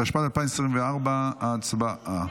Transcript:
התשפ"ד 2024. הצבעה.